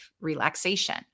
relaxation